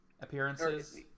Appearances